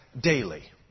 daily